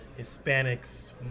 hispanics